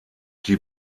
die